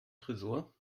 tresor